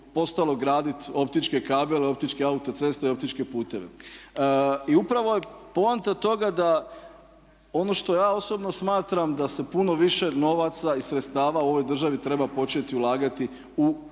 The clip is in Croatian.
postalo graditi optičke kabele, optičke autoceste i optičke puteve. I upravo je poanta toga da ono što ja osobno smatram da se puno više novaca i sredstava u ovoj državi treba početi ulagati u